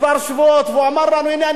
כמה שבועות אמר לנו: הנה,